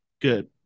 Good